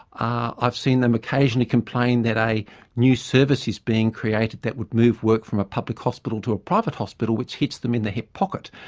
i've seen them occasionally complain that a new service is being created that would move work from a public hospital to a private hospital which hits them in the hip pocket.